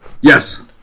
Yes